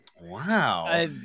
Wow